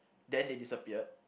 then they disappeared